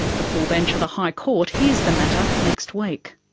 the full bench of the high court hears the matter next week.